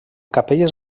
capelles